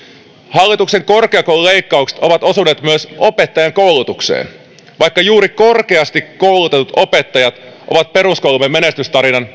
hallituksen korkeakoululeikkaukset ovat osuneet myös opettajankoulutukseen vaikka juuri korkeasti koulutetut opettajat ovat peruskoulumme menestystarinan